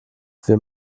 wir